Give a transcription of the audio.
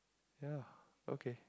ya okay